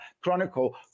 Chronicle